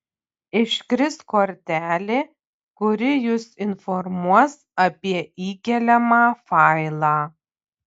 iškris kortelė kuri jus informuos apie įkeliamą failą